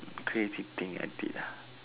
crazy thing I did ah